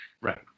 Right